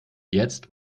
jetzt